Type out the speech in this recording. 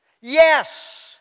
Yes